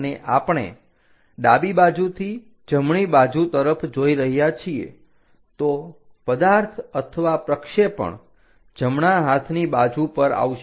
અને આપણે ડાબી બાજુથી જમણી બાજુ તરફ જોઈ રહ્યા છીએ તો પદાર્થ અથવા પ્રક્ષેપણ જમણા હાથની બાજુ પર આવશે